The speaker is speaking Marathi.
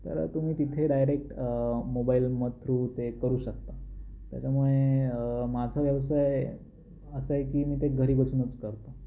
तरं तुम्ही तिथे डायरेक्ट मोबाईल म थ्रू ते करू शकता त्याच्यामुळे माझा व्यवसाय असा आहे की मी ते घरी बसूनच करतो